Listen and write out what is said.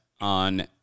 on